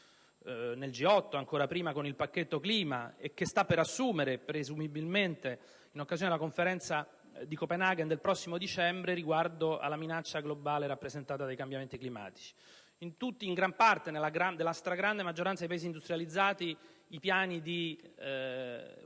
nel G8, e ancora prima con il pacchetto clima, e che sta per assumere, presumibilmente in occasione della Conferenza di Copenaghen del prossimo dicembre riguardo alla minaccia globale rappresentata dai cambiamenti climatici. Nella stragrande maggioranza dei Paesi industrializzati i piani di